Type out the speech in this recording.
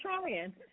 trying